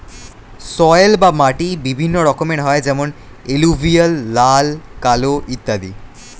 soil বা মাটি বিভিন্ন রকমের হয় যেমন এলুভিয়াল, লাল, কালো ইত্যাদি